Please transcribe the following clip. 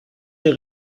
der